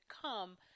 come